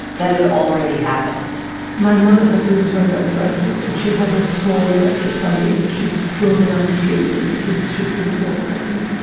that had already happened my mother had rheumatoid arthritis. and she had a small, electric buggy that she drove around the streets in because she couldn't walk properly.